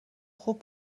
خوب